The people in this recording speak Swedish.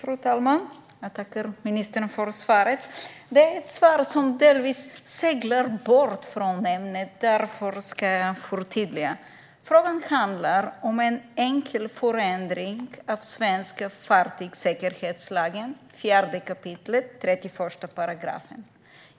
Fru talman! Jag tackar ministern för svaret. Det är ett svar som delvis seglar bort från ämnet. Därför ska jag förtydliga. Frågan handlar om en enkel förändring av den svenska fartygssäkerhetsförordningen 4 kap. 31 §.